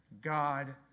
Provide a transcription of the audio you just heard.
God